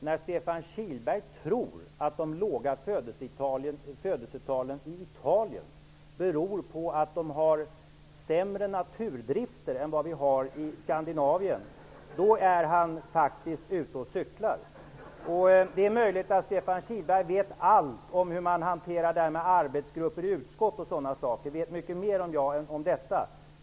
Om Stefan Kihlberg tror att de låga födelsetalen i Italien beror på att de där har sämre naturdrifter än vad vi har i Skandinavien är han faktiskt ute och cyklar. Det är möjligt att Stefan Kihlberg vet allt om hur man hanterar det här med arbetsgrupper i utskott och sådana saker. Om detta vet han mycket mer än jag.